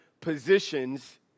positions